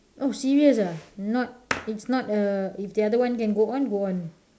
oh serious ah it's not it's not a if the other one can go on go on